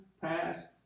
past